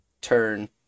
turn